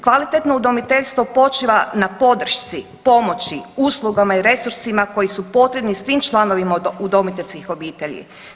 Kvalitetno udomiteljstvo počiva na podršci, pomoći, uslugama i resursima koji su potrebni svim članovima udomiteljskih obitelji.